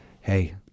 hey